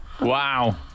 Wow